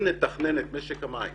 אם נתכנן את משק המים